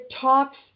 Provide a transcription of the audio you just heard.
talks